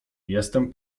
jestem